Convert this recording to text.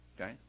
okay